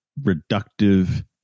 reductive